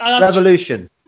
Revolution